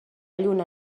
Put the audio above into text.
lluna